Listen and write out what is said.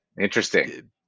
interesting